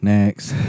Next